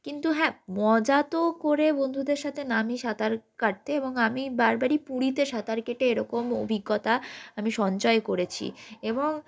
কিন্তু হ্যাঁ মজা তো করে বন্ধুদের সাথে নামি সাঁতার কাটতে এবং আমি বারবারই পুরীতে সাঁতার কেটে এরকম অভিজ্ঞতা আমি সঞ্চয় করেছি এবং